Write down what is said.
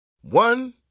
One